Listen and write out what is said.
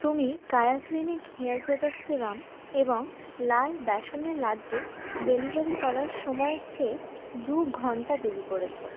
তুমি Kaya clinic hair protect serum এবং লাল বেসনের লাড্ডু ডেলিভারি করার সময়ের চেয়ে দু ঘণ্টা দেরি করেছ